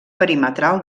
perimetral